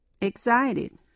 excited